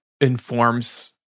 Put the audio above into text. informs